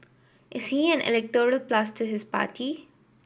is he an electoral plus to his party